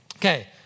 Okay